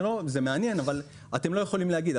זה מעניין אבל אתם לא יכולים להגיד,